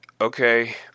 okay